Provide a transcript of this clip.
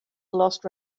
lost